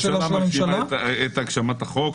הממשלה קובעת את הגשמת החוק,